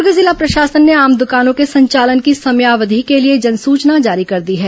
दुर्ग जिला प्रशासन ने आम दुकानों के संचालन की समयावधि के लिए जनसूचना जारी कर दी है